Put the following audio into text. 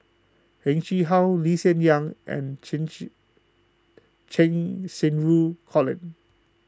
Heng Chee How Lee Hsien Yang and Cheng Xinru Colin